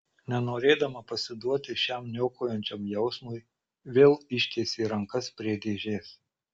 nenorėdama pasiduoti šiam niokojančiam jausmui vėl ištiesė rankas prie dėžės